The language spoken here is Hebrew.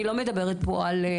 אני לא מדברת פה על,